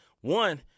One